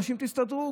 אנשים, תסתדרו.